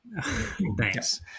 Thanks